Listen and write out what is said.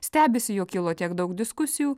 stebisi jog kilo tiek daug diskusijų